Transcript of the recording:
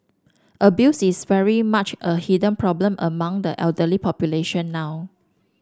abuse is very much a hidden problem among the elderly population now